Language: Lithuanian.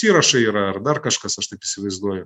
įrašai yra ar dar kažkas aš taip įsivaizduoju